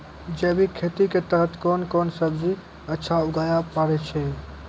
जैविक खेती के तहत कोंन कोंन सब्जी अच्छा उगावय पारे छिय?